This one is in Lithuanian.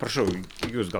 prašau jūs gal